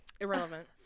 irrelevant